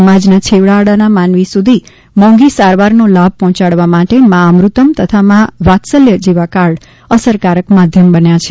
સમાજના છેવાડાના માનવી સુધી મોંઘી સારવારનો લાભ પહોંચાડવા માટે મા અમૃતમ તથા મા વાત્સલ્ય જેવા કાર્ડ અસરકારક માધ્યન બન્યા છે